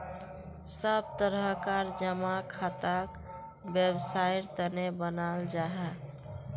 सब तरह कार जमा खाताक वैवसायेर तने बनाल जाहा